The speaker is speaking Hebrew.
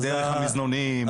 דרך המזנונים,